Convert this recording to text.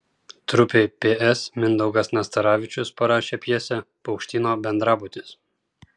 trupei ps mindaugas nastaravičius parašė pjesę paukštyno bendrabutis